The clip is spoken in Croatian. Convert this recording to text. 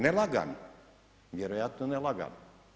Ne lagano, vjerojatno ne lagano.